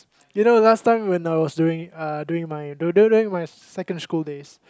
you know last time when I was during uh during my during my secondary school days